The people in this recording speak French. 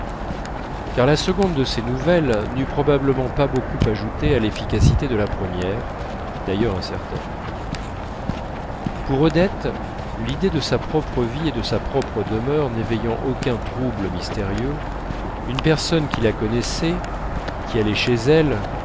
car la seconde de ces nouvelles n'eût probablement pas beaucoup ajouté à l'efficacité d'ailleurs incertaine de la première pour odette l'idée de sa propre vie et de sa demeure n'éveillant aucun trouble mystérieux une personne qui la connaissait qui allait chez elle